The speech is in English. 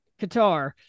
Qatar